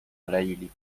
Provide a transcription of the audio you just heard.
alei